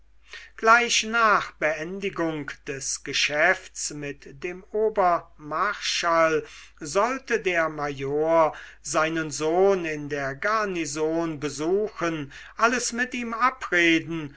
gleich nach beendigung des geschäfts mit dem obermarschall sollte der major seinen sohn in der garnison besuchen alles mit ihm abreden